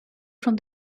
from